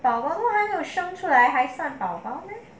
宝宝都还没有生出来还算宝宝 meh